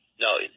No